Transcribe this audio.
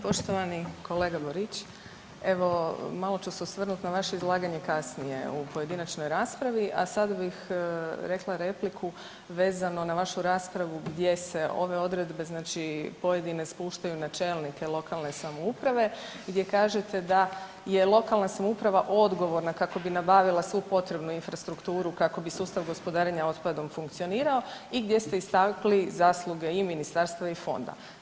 Poštovani kolega Borić, evo malo ću se osvrnut na vaše izlaganje kasnije u pojedinačnoj raspravi, a sada bih rekla repliku vezano na vašu raspravu gdje se ove odredbe znači pojedine spuštaju na čelnike lokalne samouprave gdje kažete da je lokalna samouprava odgovorna kako bi napravila svu potrebnu infrastrukturu kako bi sustav gospodarenja otpadom funkcionirao i gdje ste istakli zasluge i ministarstva i fonda.